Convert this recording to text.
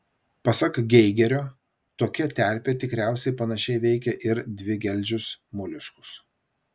pasak geigerio tokia terpė tikriausiai panašiai veikia ir dvigeldžius moliuskus